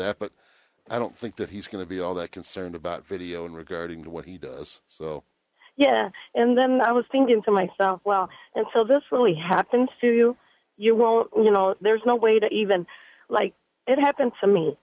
that but i don't think that he's going to be all that concerned about video regarding what he does so yeah and then i was thinking to myself well and so this really happens to you you won't you know there's no way to even like it happened to me